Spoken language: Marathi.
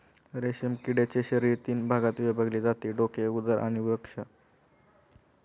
रेशीम किड्याचे शरीर तीन भागात विभागले जाते डोके, उदर आणि वक्ष